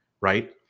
right